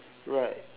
right